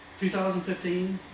2015